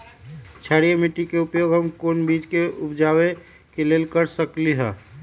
क्षारिये माटी के उपयोग हम कोन बीज के उपजाबे के लेल कर सकली ह?